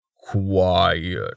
Quiet